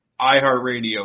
iHeartRadio